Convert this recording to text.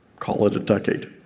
call it a decade,